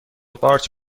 قارچ